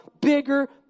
bigger